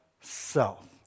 self